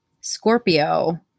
Scorpio